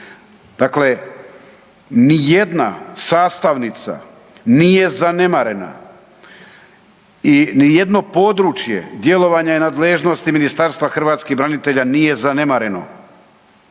Dakle, nijedna sastavnica nije zanemarena i nijedno područje, djelovanje nadležnosti Ministarstva hrvatskih branitelja nije zanemareno.